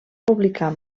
publicar